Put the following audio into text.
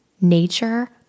Nature